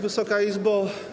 Wysoka Izbo!